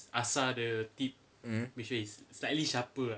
mmhmm